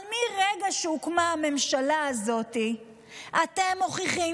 אבל מרגע שהוקמה הממשלה הזאת אתם מוכיחים